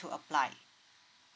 to apply